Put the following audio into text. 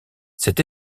cette